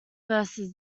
versus